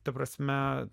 ta prasme